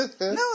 No